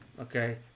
okay